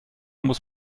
muss